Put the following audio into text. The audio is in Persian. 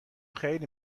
خیلی